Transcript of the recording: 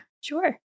Sure